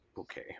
okay